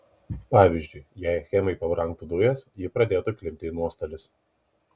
pavyzdžiui jei achemai pabrangtų dujos ji pradėtų klimpti į nuostolius